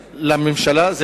לממשלה,